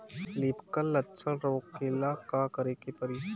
Leaf curl लक्षण रोकेला का करे के परी?